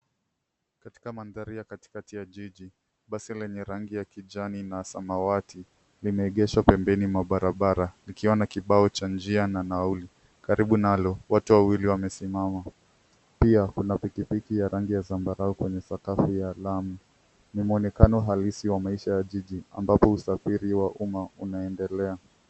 Katika mandhari ya katikati la jiji basi la rangi ya kijani na samawati limeegeshwa pembeni mwa barabara likiwa na kibao cha njia na nauli. Karibu nalo, watu wawili wamesimama . Pia kuna pikipiki ya rangi ya zambarau kwenye sakafu ya lami. Ni mwonekano halisi wa maisha ya jiji ambapo usafiri wa umma unaendelea.